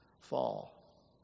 fall